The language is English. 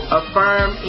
affirm